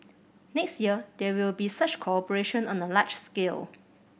next year there will be such cooperation on a large scale